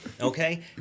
okay